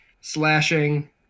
slashing